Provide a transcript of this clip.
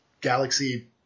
Galaxy